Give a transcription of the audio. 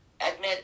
admit